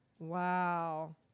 wow